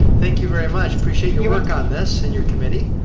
thank you very much, appreciate your your work on this and your committee.